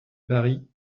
paris